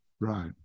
Right